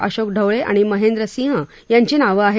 अशोक ढवळे आणि महेंद्र सिंह यांची नावं आहेत